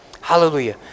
Hallelujah